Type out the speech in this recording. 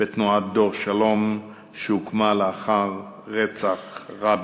בתנועת "דור שלום" שהוקמה לאחר רצח רבין.